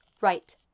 Right